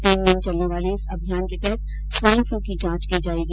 तीन दिन चलने वाले इस अभियान के तहत स्वाईन फ्लू की जांच की जायेगी